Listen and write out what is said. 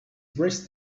braced